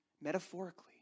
metaphorically